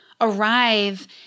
arrive